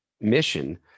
mission